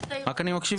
אני, רק אני מקשיב לו?